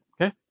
okay